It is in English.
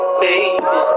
baby